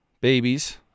babies